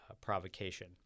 provocation